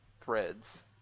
threads